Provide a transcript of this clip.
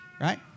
right